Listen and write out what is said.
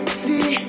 see